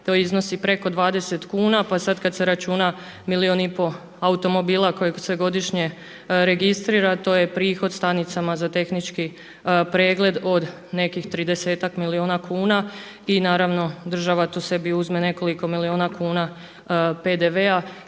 to iznosi preko 20 kuna. Pa sada kada se računa milijun i pol automobila koji se godišnje registrira to je prihod stanicama za tehnički pregled od nekih tridesetak milijuna kuna i naravno država tu sebi uzme nekoliko milijuna kuna PDV-a,